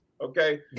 Okay